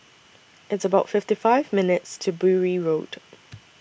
It's about fifty five minutes' to Bury Road